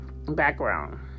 Background